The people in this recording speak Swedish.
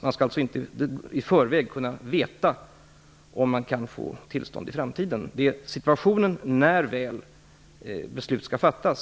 Man skall alltså inte i förväg kunna veta om man kan få tillstånd i framtiden. Det viktiga är situationen när beslut skall fattas.